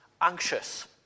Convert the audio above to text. anxious